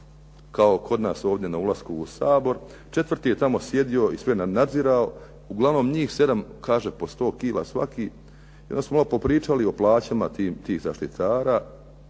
kao kod nas ovdje na ulasku u Sabor, četvrti je tamo sjedio i sve nadzirao. Uglavnom, njih sedam kaže po sto kila svaki i onda su malo popričali o plaćama tih zaštitara,